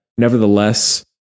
Nevertheless